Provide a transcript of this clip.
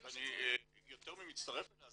ואני יותר ממצטרף אליה.